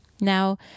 Now